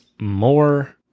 more